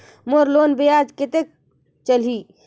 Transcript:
मोर loan ब्याज कतेक चलही?